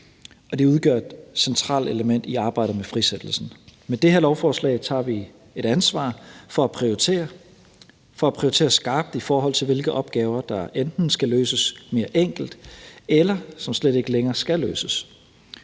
det udgør et centralt element i arbejdet med frisættelsen. Med det her lovforslag tager vi et ansvar for at prioritere skarpt, i forhold til hvilke opgaver der enten skal løses mere enkelt, eller som slet ikke længere skal løses.